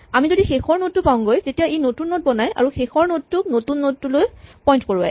আমি যদি শেষৰ নড টো পাওঁগৈ তেতিয়া ই নতুন নড বনায় আৰু শেষৰ নড টোক নতুন নড টোলৈ পইন্ট কৰোৱায়